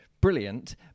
brilliant